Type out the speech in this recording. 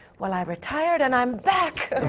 well i retired, and i'm back.